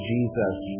Jesus